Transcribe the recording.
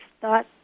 thought